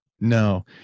No